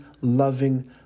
loving